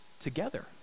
together